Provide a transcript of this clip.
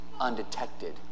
undetected